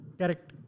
Correct